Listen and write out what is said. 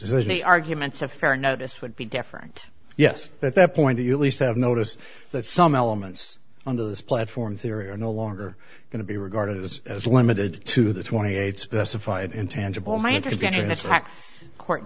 zany arguments a fair notice would be different yes that that point to you at least have noticed that some elements under this platform theory are no longer going to be regarded as as limited to the twenty eight specified intangible my understanding this tax court